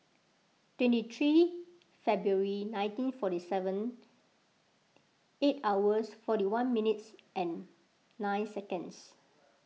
twenty three February nineteen forty seven eight hours forty one minutes and nine seconds